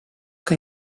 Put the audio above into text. que